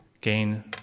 gain